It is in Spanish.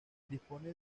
dispone